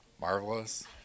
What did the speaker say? Marvelous